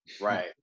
right